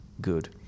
good